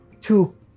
two